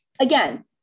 again